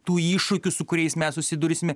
tų iššūkių su kuriais mes susidursime